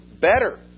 better